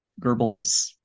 Goebbels